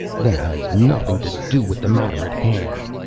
that has nothing to do with the matter at hand!